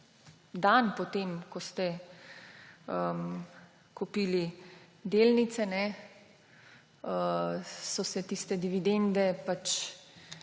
dan po tem, ko ste kupili delnice, tiste dividende